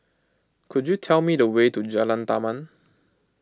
could you tell me the way to Jalan Taman